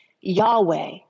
Yahweh